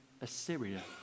Assyria